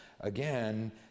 again